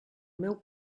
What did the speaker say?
meu